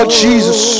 jesus